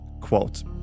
quote